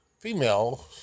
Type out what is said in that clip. Female